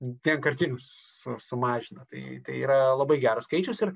vienkartinių su sumažina tai tai yra labai geras skaičius ir